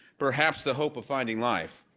perhaps, the hope of finding life.